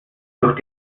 durch